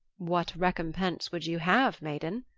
what recompense would you have, maiden?